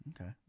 okay